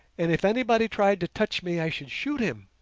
and if anybody tried to touch me i should shoot him.